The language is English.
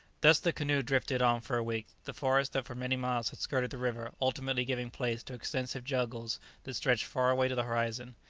thus the canoe drifted on for a week, the forests that for many miles had skirted the river ultimately giving place to extensive jungles that stretched far away to the horizon.